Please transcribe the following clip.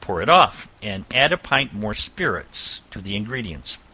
pour it off, and add a pint more spirits to the ingredients.